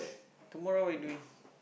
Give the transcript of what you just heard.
tomorrow what you doing